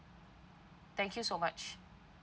thank you so much